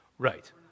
Right